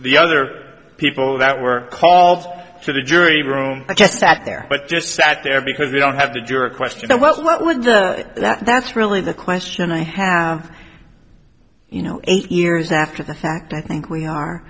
the other people that were called to the jury room i just sat there but just sat there because we don't have the jury questionnaire what would the that's really the question i have you know eight years after the fact i think we are